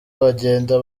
bagenda